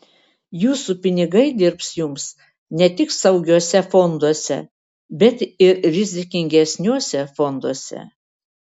jūsų pinigai dirbs jums ne tik saugiuose fonduose bet ir rizikingesniuose fonduose